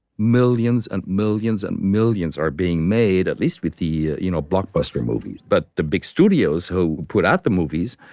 millions and millions and millions are being made, at least with the you know blockbuster movies, but the big studios who put out the movies,